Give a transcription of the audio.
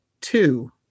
two